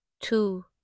Two